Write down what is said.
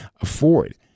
afford